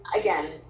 again